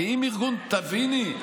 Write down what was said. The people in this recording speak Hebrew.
תביני,